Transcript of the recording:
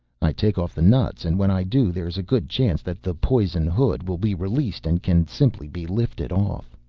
i take off the nuts and when i do there is a good chance that the poison-hood will be released and can simply be lifted off.